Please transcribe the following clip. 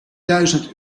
duizend